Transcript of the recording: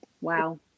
Wow